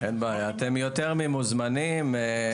אתם יותר ממוזמנים.